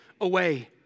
away